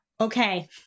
Okay